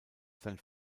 sein